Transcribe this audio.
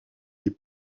les